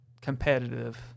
competitive